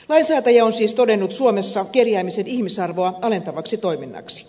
lainsäätäjä on siis todennut suomessa kerjäämisen ihmisarvoa alentavaksi toiminnaksi